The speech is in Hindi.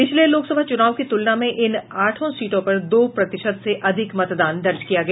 पिछले लोकसभा चुनाव की तुलना में इन आठों सीटों पर दो प्रतिशत से अधिक मतदान दर्ज किया गया